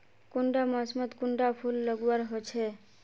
कुंडा मोसमोत कुंडा फुल लगवार होछै?